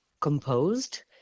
composed